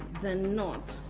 than not.